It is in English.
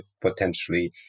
potentially